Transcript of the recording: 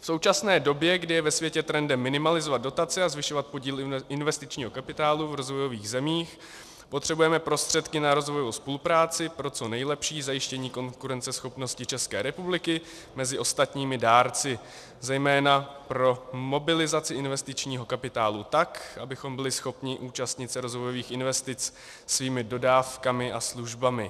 V současné době, kdy je ve světě trendem minimalizovat dotace a zvyšovat podíl investičního kapitálu v rozvojových zemích, potřebujeme prostředky na rozvojovou spolupráci pro co nejlepší zajištění konkurenceschopnosti ČR mezi ostatními dárci, zejména pro mobilizaci investičního kapitálu tak, abychom byli schopni účastnit se rozvojových investic svými dodávkami a službami.